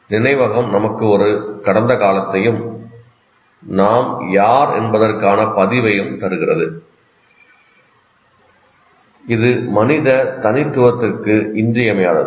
நினைவகம் நமக்கு ஒரு கடந்த காலத்தையும் 'நாம் யார்' என்பதற்கான பதிவையும் தருகிறது இது மனித தனித்துவத்திற்கு இன்றியமையாதது